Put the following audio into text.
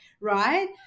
right